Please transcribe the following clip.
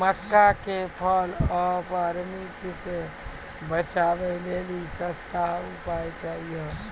मक्का के fall of army से बचाबै लेली सस्ता उपाय चाहिए?